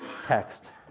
text